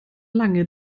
lange